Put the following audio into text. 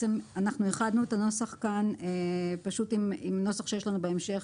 איחדנו את הנוסח כאן עם נוסח שיש לנו בהמשך,